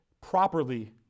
properly